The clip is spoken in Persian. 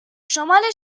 شمال